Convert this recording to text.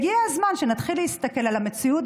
הגיע הזמן שנתחיל להסתכל על המציאות